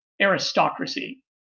aristocracy